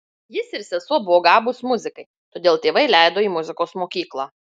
jis ir sesuo buvo gabūs muzikai todėl tėvai leido į muzikos mokyklą